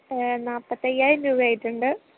നാൽപ്പത്തയ്യായിരം രൂപയായിട്ടുണ്ട്